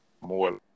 more